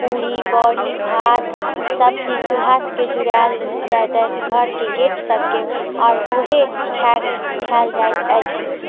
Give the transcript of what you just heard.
पूरी बड़ी भात सब चीज चूल्हाके जुड़ैल जाइत अछि घऽरके गेट सबके आओर उहे खै खाइल जाइत अछि